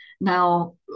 Now